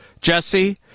Jesse